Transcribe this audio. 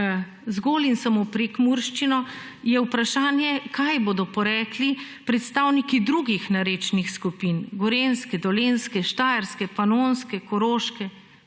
zgolj in samo prekmurščino, je vprašanje, kaj bodo porekli predstavniki drugih narečnih skupin, gorenjske, dolenjske, štajerske, panonske, koroške,